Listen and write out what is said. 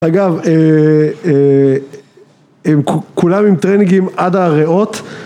אגב כולם עם טרנינגים עד הריאות